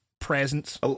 presence